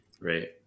right